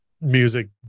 music